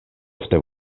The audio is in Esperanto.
ofte